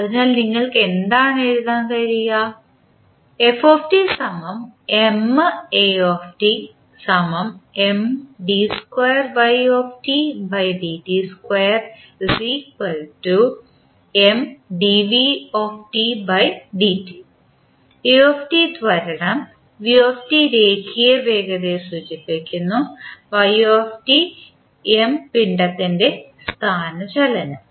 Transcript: അതിനാൽ നിങ്ങൾക്ക് എന്താണ് എഴുതാൻ കഴിയുക a ത്വരണം v രേഖീയ വേഗതയെ സൂചിപ്പിക്കുന്നു y M പിണ്ഡത്തിൻറെ സ്ഥാനചലനം